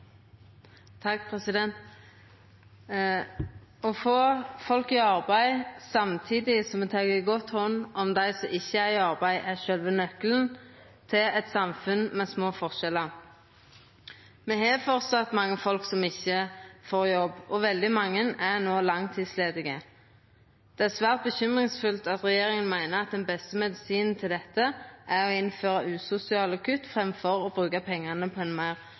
i arbeid, er sjølve nøkkelen til eit samfunn med små forskjellar. Me har framleis mange som ikkje får jobb, og veldig mange er langtidsledige. Det er svært bekymringsfullt at regjeringa meiner at den beste medisinen mot dette er å innføra usosiale kutt framfor å bruka pengane på